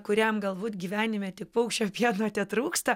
kuriam galbūt gyvenime tik paukščio pieno tetrūksta